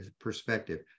perspective